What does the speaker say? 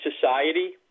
society